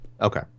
Okay